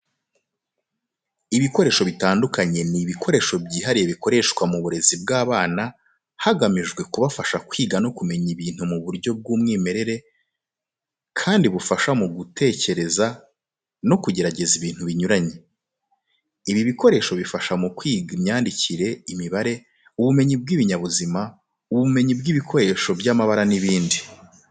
Ibikoresho bitandukanye ni ibikoresho byihariye bikoreshwa mu burezi bw'abana hagamijwe kubafasha kwiga no kumenya ibintu mu buryo bw'umwimerere, kandi bufasha mu gutekereza no kugerageza ibintu binyuranye. Ibi bikoresho bifasha mu kwiga imyandikire, imibare, ubumenyi bw'ibinyabuzima, ubumenyi bw'ibikoresho by'amabara n'ibindi.